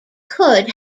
could